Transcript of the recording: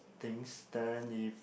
things then if